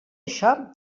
això